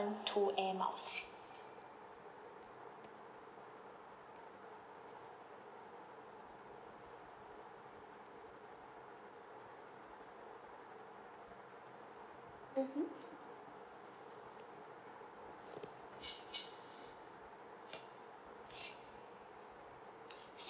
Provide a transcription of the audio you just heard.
two air miles mmhmm